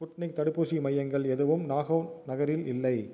Sputnik தடுப்பூசி மையங்கள் எதுவும் நாகவ் நகரில் இல்லை